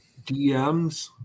DMs